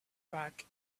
back